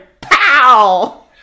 pow